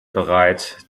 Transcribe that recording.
bereit